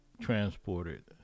transported